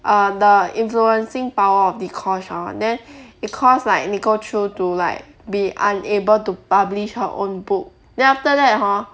err the influencing power of dee-kosh hor then it cost like nicole choo to like be unable to publish her own book then after that hor